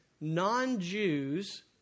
non-Jews